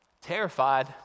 terrified